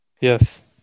Yes